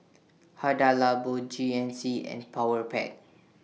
Hada Labo G N C and Powerpac